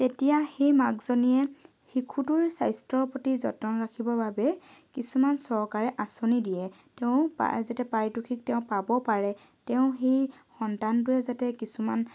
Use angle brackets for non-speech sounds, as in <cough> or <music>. তেতিয়া সেই মাকজনীয়ে শিশুটোৰ স্বাস্থ্যৰ প্ৰতি যত্ন ৰাখিবৰ বাবে কিছুমান চৰকাৰে আচঁনি দিয়ে তেওঁ <unintelligible> যেতিয়া পাৰিতোষিক তেওঁ পাব পাৰে তেওঁ সেই সন্তানটোৱে যাতে কিছুমান